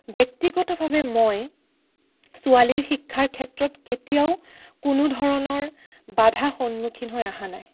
ব্যক্তিগতভাৱে মই ছোৱালীৰ শিক্ষাৰ ক্ষেত্ৰত কেতিয়াও কোনো ধৰণৰ বাধা সন্মুখীন হৈ অহা নাই